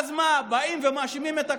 ואז באים ומאשימים את הקורבן.